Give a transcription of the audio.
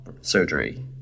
surgery